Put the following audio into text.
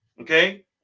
Okay